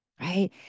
right